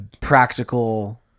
practical